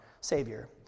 Savior